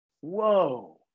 Whoa